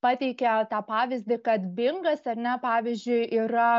pateikia tą pavyzdį kad bingas ar ne pavyzdžiui yra